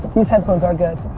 these headphones are good.